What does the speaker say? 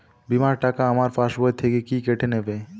বিমার টাকা আমার পাশ বই থেকে কি কেটে নেবে?